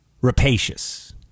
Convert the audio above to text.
rapacious